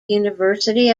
university